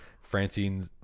Francine